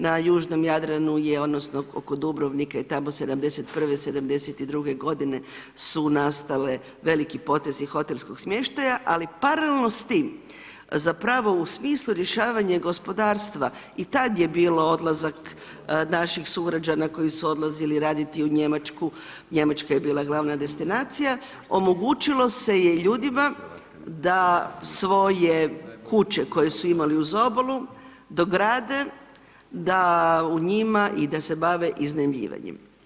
Na južnom Jadranu je odnosno, oko Dubrovnika i tamo '71., '72. su nastali veliki potezi hotelskih smještaja, ali paralelno s tim, zapravo u smislu rješavanja gospodarstva i tada je bilo odlazak naših sugrađana koji su odlazili raditi u Njemačku, Njemačka je bila glavna destinacija, omogućilo se je ljudima, da svoje kuće, koje su imali uz obalu, dograde, da u njima i da se bave iznajmljivanje.